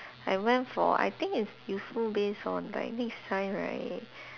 I went for I think it's useful based on like next time right